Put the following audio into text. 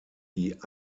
die